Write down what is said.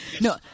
No